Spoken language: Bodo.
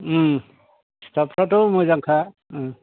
स्थाफफ्राथ' मोजांखा ओं